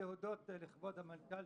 אני רוצה להודות לכבוד המנכ"ל,